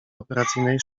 operacyjnej